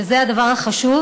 שזה הדבר החשוב,